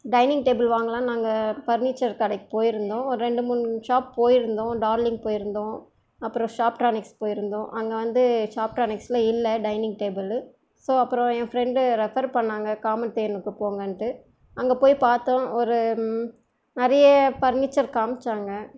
dining table வாங்கலாம்ன்னு நாங்கள் furniture கடைக்கு போயிருந்தோம் ஒரு ரெண்டு மூணு ஷாப் போயிருந்தோம் டார்லிங் போயிருந்தோம் அப்புறம் ஷாப்டார்னிக்ஸ் போயிருந்தோம் அங்கே வந்து ஷாப்டார்னிக்கில் இல்லை டையனிங் டேபிளு ஸோ அப்புறம் என் ஃப்ரெண்ட்டு ரெஃபர் பண்ணிணாங்க காமதேனுக்கு போங்கணுட்டு அங்கே போய் பார்த்தோம் ஒரு நிறைய பர்னிச்சர் காமிசாங்க